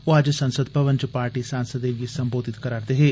ओह अज्ज संसद भवन च पार्टी सांसदें गी सम्बोधित करा रदे हे